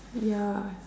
ya